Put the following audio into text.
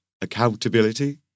Accountability